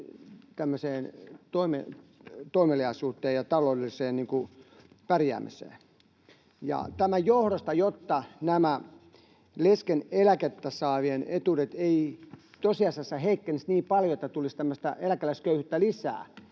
taloudelliseen toimeliaisuuteen ja taloudelliseen pärjäämiseen. Tämän johdosta, jotta leskeneläkettä saavien etuudet eivät tosiasiassa heikkenisi niin paljon, että tulisi eläkeläisköyhyyttä lisää,